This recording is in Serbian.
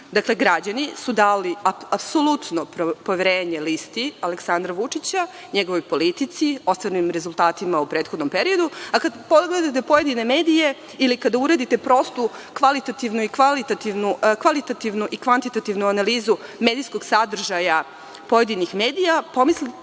Građani su dali apsolutno poverenje listi Aleksandra Vučića, njegovoj politici, ostvarenim rezultatima u prethodnom periodu, a kada pogledate pojedine medije ili kada uradite prostu kvalitativnu i kvantitativnu analizu medijskog sadržaja pojedinih medija, pomislili